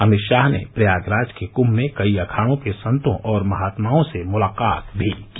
अमित शाह ने प्रयागराज के कुंभ में कई अखाड़ों के संतों और महात्माओं से मुलाकात भी की